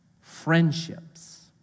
Friendships